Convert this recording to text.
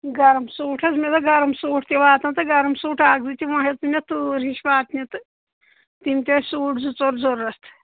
گرم سوٗٹ حظ مےٚ دوٚپ گرم سوٗٹ تہِ واتَن تہٕ گرم سوٗٹ اَکھ زٕ تہِ وۄنۍ ہیٚژٕنۍ یَتھ تۭر ہِش واتنہِ تہٕ تِم تہِ ٲسۍ سوٗٹ زٕ ژور ضوٚرَتھ